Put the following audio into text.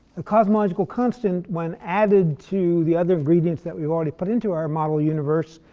the cosmological constant, when added to the other ingredients that we've already put into our model universe,